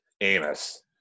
Amos